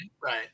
right